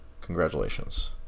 congratulations